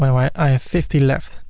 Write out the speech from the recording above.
i have fifty left.